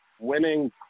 winning